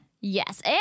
Yes